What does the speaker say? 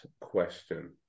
question